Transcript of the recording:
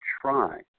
try